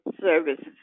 services